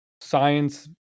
science